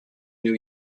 new